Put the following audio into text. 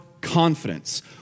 confidence